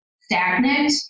stagnant